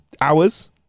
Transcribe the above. hours